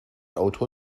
auto